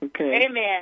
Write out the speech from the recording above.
Amen